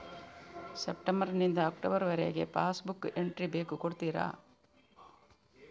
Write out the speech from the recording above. September ನಿಂದ October ವರಗೆ pass book entry ಬೇಕು ಕೊಡುತ್ತೀರಾ?